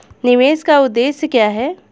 निवेश का उद्देश्य क्या है?